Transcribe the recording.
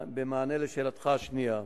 2. במענה לשאלתך השנייה,